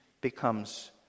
becomes